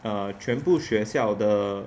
err 全部学校的